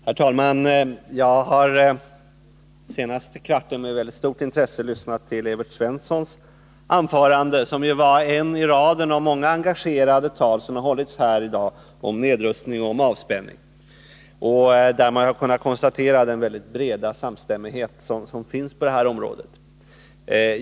Herr talman! Jag har under den senaste kvarten med stort intresse lyssnat till Evert Svenssons anförande, som var ett i raden av många engagerade tal som har hållits här i dag om nedrustning och avspänning. Vi har kunnat konstatera den breda samstämmighet som finns på detta område.